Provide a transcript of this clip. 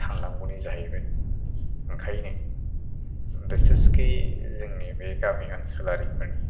थांनांगौनि जाहैबाय आंखायनो बिसेसके जोंनि बे गामि ओनसोलारिफोरनि